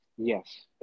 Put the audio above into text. Yes